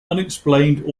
unexplained